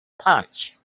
punch